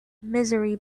misery